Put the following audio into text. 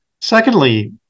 Secondly